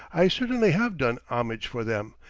i certainly have done homage for them,